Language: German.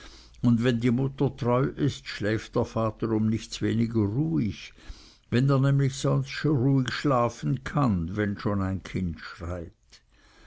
und wenn die mutter treu ist schläft der vater um nichts weniger ruhig wenn er nämlich sonst ruhig schlafen kann wenn schon ein kind schreit